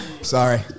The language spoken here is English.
sorry